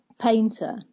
painter